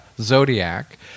Zodiac